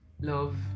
love